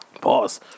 Pause